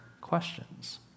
questions